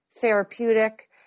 therapeutic